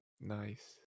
Nice